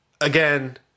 again